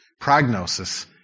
prognosis